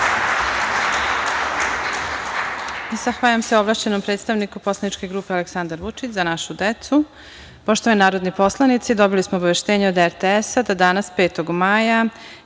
Zahvaljujem se ovlašćenom predstavniku poslaničke grupe Aleksandar Vučić – Za našu decu. Poštovani narodni poslanici, dobili smo obaveštenje od RTS-a da danas, 5. maja